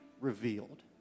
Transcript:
revealed